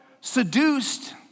seduced